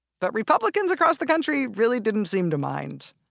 but republicans across the country. really didn't seem to mind!